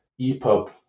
EPUB